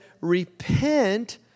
repent